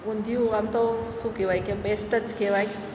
ઊંધિયું આમ તો શું કહેવાય કે બેસ્ટ જ કહેવાય